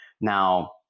Now